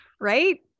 Right